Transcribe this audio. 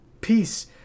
peace